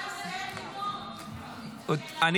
אני